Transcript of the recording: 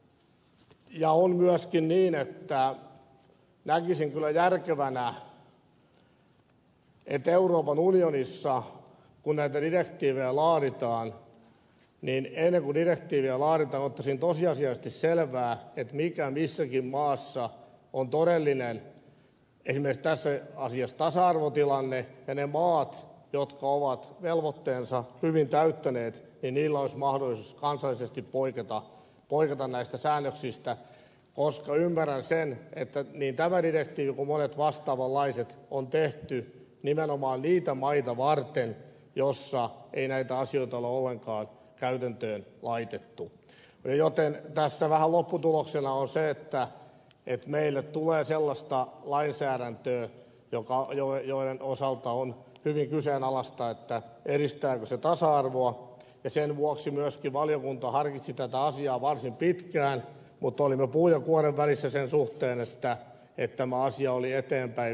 on myöskin niin että näkisin kyllä järkevänä että kun euroopan unionissa näitä direktiivejä laaditaan niin ennen kuin direktiivejä laaditaan otettaisiin tosiasiallisesti selvää mikä missäkin maassa on todellinen esimerkiksi tässä asiassa tasa arvotilanne ja niillä mailla jotka ovat velvoitteensa hyvin täyttäneet olisi mahdollisuus kansallisesti poiketa näistä säännöksistä koska ymmärrän sen että niin tämä direktiivi kuin monet vastaavanlaiset on tehty nimenomaan niitä maita varten joissa ei näitä asioita ole ollenkaan käytäntöön laitettu joten tässä vähän lopputuloksena on se että meille tulee sellaista lainsäädäntöä jonka osalta on hyvin kyseenalaista edistääkö se tasa arvoa ja sen vuoksi myöskin valiokunta harkitsi tätä asiaa varsin pitkään mutta olimme puun ja kuoren välissä sen suhteen että tämä asia oli eteenpäin vietävä